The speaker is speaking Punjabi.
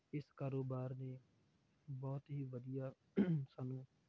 ਇਸ ਕਾਰੋਬਾਰ ਨੇ ਬਹੁਤ ਹੀ ਵਧੀਆ ਸਾਨੂੰ